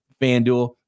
FanDuel